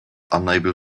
unable